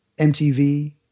MTV